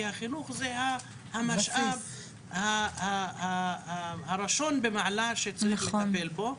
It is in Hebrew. כי החינוך זה המשאב הראשון במעלה שצריך לטפל בו.